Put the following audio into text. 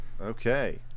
Okay